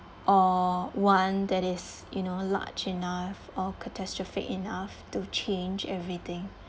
or one that is you know large enough or catastrophic enough to change everything